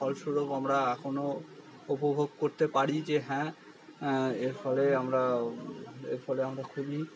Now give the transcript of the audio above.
ফলস্বরূপ আমরা এখনো উপভোগ করতে পারি যে হ্যাঁ এর ফলে আমরা এর ফলে আমরা খুবই